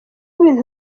ibintu